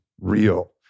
real